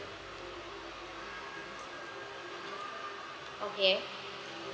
okay